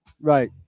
Right